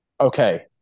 Okay